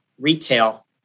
retail